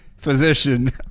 physician